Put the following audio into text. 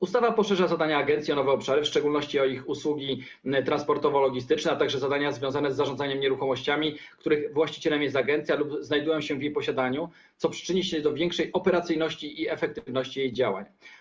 Ustawa poszerza zadania agencji o nowe obszary, w szczególności o usługi transportowo-logistyczne, a także zadania związane z zarządzaniem nieruchomościami, których właścicielem jest agencja lub które znajdują się w jej posiadaniu, co przyczyni się do większej operacyjności i efektywności jej działań.